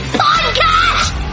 podcast